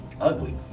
ugly